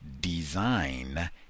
design